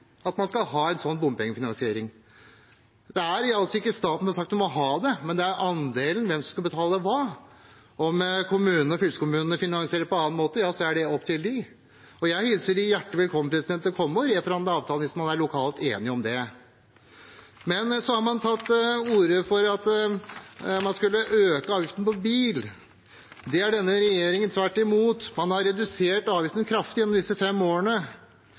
at man skal ha en slik bompengefinansiering. Det er altså ikke staten som har sagt at man skal ha det, men det handler om andelen – hvem som skal betale hva. Om kommunene og fylkeskommunene finansierer det på annen måte, er det opp til dem. Jeg hilser dem hjertelig velkommen til å komme og reforhandle avtaler hvis de er enige om det lokalt. Så har man tatt til orde for å øke avgiften på bil. Der har denne regjeringen gjort tvert imot. Man har redusert avgiftene kraftig gjennom disse fem årene,